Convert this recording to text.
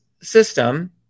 system